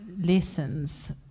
lessons